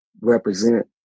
represent